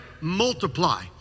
multiply